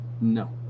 No